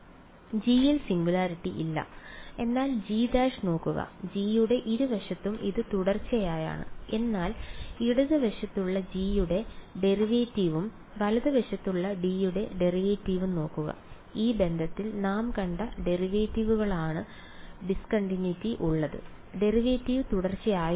G യിൽ singularity ഇല്ല എന്നാൽ G നോക്കുക G യുടെ ഇരുവശത്തും ഇത് തുടർച്ചയായാണ് എന്നാൽ ഇടതുവശത്തുള്ള G യുടെ ഡെറിവേറ്റീവും വലതുവശത്തുള്ള G യുടെ ഡെറിവേറ്റീവും നോക്കുക ഈ ബന്ധത്തിൽ നാം കണ്ട ഡെറിവേറ്റീവിലാണ് ഡിസ്കൺടിൻയുറ്റി ഉള്ളത് ഡെറിവേറ്റീവ് തുടർച്ചയായിരുന്നു